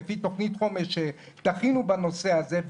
שלפי תכנית חומש יכינו בנושא הזה,